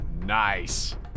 Nice